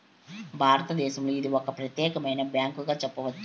భారతదేశంలో ఇది ఒక ప్రత్యేకమైన బ్యాంకుగా చెప్పొచ్చు